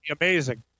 Amazing